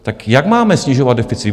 Tak jak máme snižovat deficit?